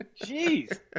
Jeez